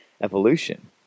evolution